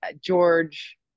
George